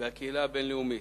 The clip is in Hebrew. והקהילה הבין-לאומית.